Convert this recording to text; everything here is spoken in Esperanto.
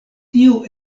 tiu